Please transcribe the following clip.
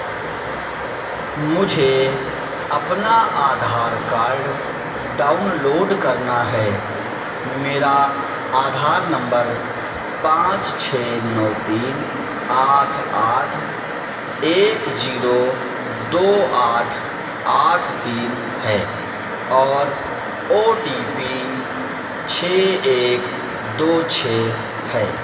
मुझे अपना Aadhaar card download करना है मेरा आधार नम्बर पाँच छः नौ तीन आठ आठ एक जीरो दो आठ आठ तीन है और ओ टी पी छः एक दो छः है